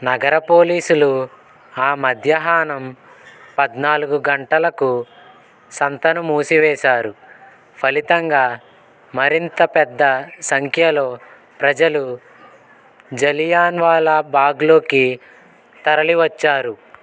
నగర పోలీసులు ఆ మధ్యాహ్నం పద్నాలుగు గంటలకు సంతను మూసివేశారు ఫలితంగా మరింత పెద్ద సంఖ్యలో ప్రజలు జలియాన్వాలాబాగ్లోకి తరలివచ్చారు